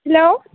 hello